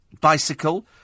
bicycle